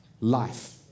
life